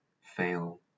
fail